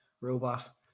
robot